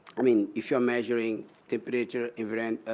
i mean, if you're measuring temperature, different